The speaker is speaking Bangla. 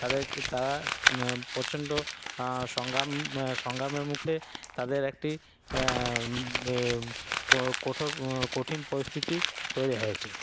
তারা প্রচণ্ড সংগাম সংগামের মুখে তাদের একটি কঠোর কঠিন পরিস্থিতি তৈরি হয়েছে